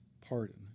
pardon